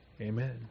Amen